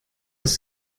das